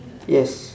yes